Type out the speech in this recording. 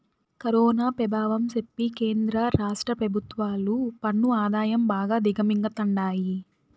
corona పెభావం సెప్పి కేంద్ర రాష్ట్ర పెభుత్వాలు పన్ను ఆదాయం బాగా దిగమింగతండాయి